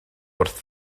wrth